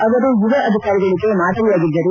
ಅವರು ಯುವ ಅಧಿಕಾರಿಗಳಿಗೆ ಮಾದರಿಯಾಗಿದ್ದರು